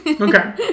Okay